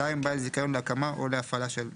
בעל זיכיון להקמה או להפעלה של תשתית,